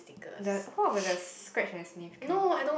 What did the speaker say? the how about the scratch and sneaker kind